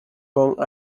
kong